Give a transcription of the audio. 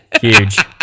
huge